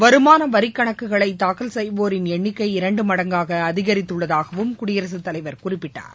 வருமான வரிக் கணக்குகளை தாக்கல் செய்வோரின் எண்ணிக்கை இரண்டு மடங்காக அதிகரித்துள்ளதாகவும் குடியரசுத் தலைவர் குறிப்பிட்டார்